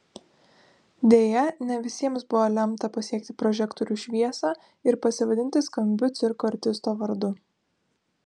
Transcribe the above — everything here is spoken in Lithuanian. deja ne visiems buvo lemta pasiekti prožektorių šviesą ir pasivadinti skambiu cirko artisto vardu